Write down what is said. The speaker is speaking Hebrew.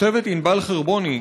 כותבת ענבל חרמוני,